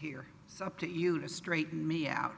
here so up to you to straighten me out